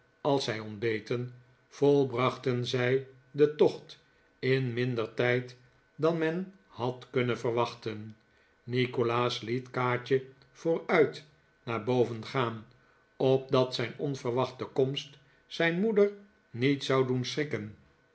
als zij ontbeten volbrachten zij den tocht in minder tij'd dan men had kunnen verwachten nikolaas liet kaatje vooruit naar boven gaan opdat zijn onverwachte komst zijn moeder niet zou doen schrikken